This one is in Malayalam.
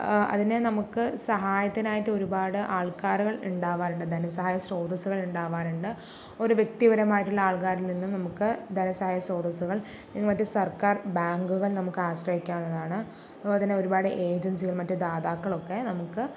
അതിനെ നമുക്ക് സഹായത്തിനായിട്ട് ഒരുപാട് ആൾക്കാരുകൾ ഉണ്ടാവാറുണ്ട് നധനസഹായ ശ്രോതസ്സുകൾ ഉണ്ടാവാറുണ്ട് ഒരു വ്യക്തിപരമായിട്ടുള്ള ആൾക്കാരിൽ നിന്നും നമുക്ക് ധനസഹായ ശ്രോതസ്സുകൾ ഇത് മറ്റെ സർക്കാർ ബാങ്കുകൾ നമുക്ക് ആശ്രയിക്കാനാവുന്നതാണ് ഇപ്പോൾതന്നെ ഒരുപാട് ഏജൻസികൾ മറ്റ് ദാദാതാക്കളൊക്കെ നമുക്ക്